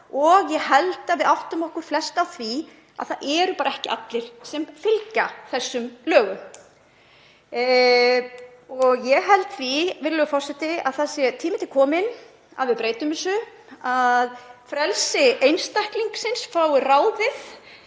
og ég held að við áttum okkur flest á því að það eru bara ekki allir sem fylgja þessum lögum. Ég held því að það sé tími til kominn að við breytum þessu, að frelsi einstaklingsins fái ráðið